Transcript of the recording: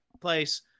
place